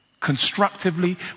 constructively